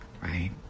right